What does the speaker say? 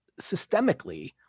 systemically